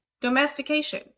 domestication